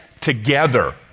together